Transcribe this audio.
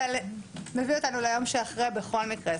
אבל מביא אותנו ליום שאחרי בכל מקרה.